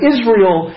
Israel